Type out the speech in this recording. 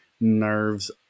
nerves